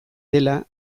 dela